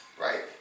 right